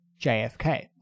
JFK